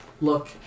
look